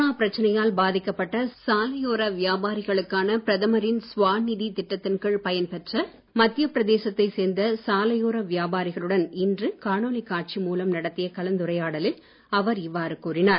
corona பிரச்சனையால் பாதிக்கப்பட்ட சாலையோர வியாபாரிகளுக்கான பிரதமரின் ஸ்வாநிதி திட்டத்தின் கீழ் பயன்பெற்ற மத்திய பிரதேசத்தை சேர்ந்த சாலையோர வியாபாரிகளுடன் இன்று காணொலி காட்சி மூலம் நடத்திய கலந்துரையாடலில் அவர் இவ்வாறு கூறினார்